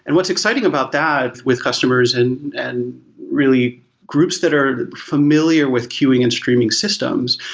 and what's exciting about that with customers and and really groups that are familiar with queuing and streaming systems,